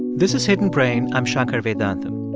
this is hidden brain. i'm shankar vedantam.